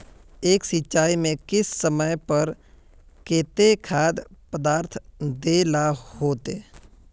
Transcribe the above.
एक सिंचाई में किस समय पर केते खाद पदार्थ दे ला होते?